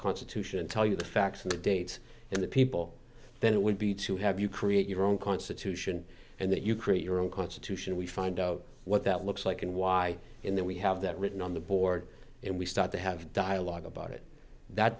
constitution and tell you the facts and the date and the people then it would be to have you create your own constitution and that you create your own constitution we find out what that looks like and why in there we have that written on the board and we start to have dialogue about it that